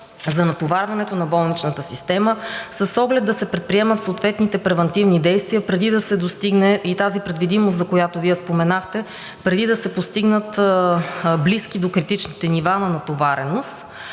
за натоварването на болничната система с оглед да се предприемат съответните превантивни действия. И тази предвидимост, за която Вие споменахте, преди да се постигнат близки до критичните нива на натовареност,